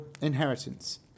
inheritance